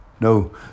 No